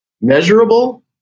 measurable